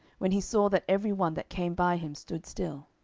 when he saw that every one that came by him stood still.